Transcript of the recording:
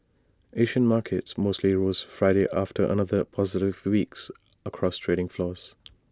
Asian markets mostly rose Friday after another positive week across trading floors